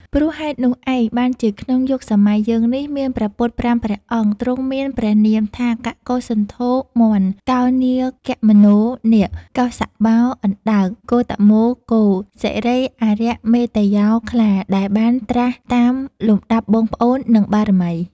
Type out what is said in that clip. ព្រោះហេតុនោះឯង បានជាក្នុងយុគសម័យយើងនេះ មានព្រះពុទ្ធ ៥ ព្រះអង្គ ទ្រង់មានព្រះនាមថា "កកុសន្ធោ (មាន់), កោនាគមនោ (នាគ), កស្សបោ (អណ្ដើក), គោតមោ (គោ), សិរីអារ្យមេត្តេយ្យោ (ខ្លា) ដែលបាន ត្រាស់តាមលំដាប់បងប្អូន និងបារមី។